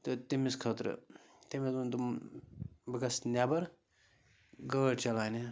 تہٕ تٔمِس خٲطرٕ تٔمۍ حظ ووٚن دوٚپُن بہٕ گژھ نٮ۪بَر گٲڑۍ چلاونہِ